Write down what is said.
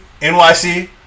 NYC